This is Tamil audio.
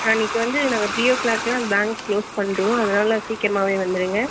அன்னைக்கி வந்து நாங்கள் த்ரீ ஓ கிளாக்லாம் பேங்க் க்ளோஸ் பண்ணிடுவோம் அதனால் சீக்கிரமாகவே வந்துருங்கள்